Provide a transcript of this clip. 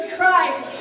Christ